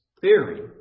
theory